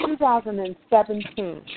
2017